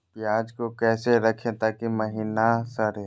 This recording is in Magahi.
प्याज को कैसे रखे ताकि महिना सड़े?